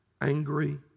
angry